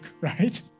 right